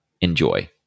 Enjoy